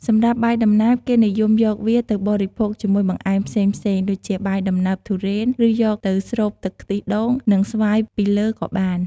សម្រាប់បាយដំណើប គេនិយមយកវាទៅបរិភោគជាមួយបង្អែមផ្សេងៗ ដូចជាបាយដំណើបទុរេន ឬ យកទៅស្រូបទឹកខ្ទិះដូង និងស្វាយពីលើក៏បាន។